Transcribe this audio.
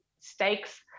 stakes